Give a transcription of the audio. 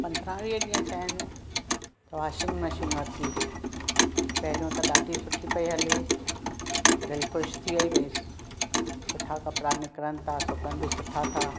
पंद्रहां वीह ॾींह थिया आहिनि वॉशिंग मशीन वरिति पहिरियों त ॾाढी सुठी पई हले दिल ख़ुशि थी वई भई सुठा कपड़ा निकिरनि था सुकनि बि सुठा था